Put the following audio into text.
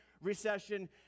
recession